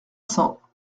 cents